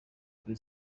kuri